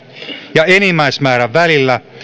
ja enimmäismäärän välillä